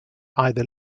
either